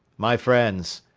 my friends,